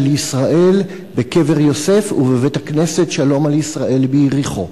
ישראל בקבר יוסף ובבית-הכנסת "שלום על ישראל" ביריחו.